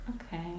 Okay